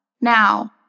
Now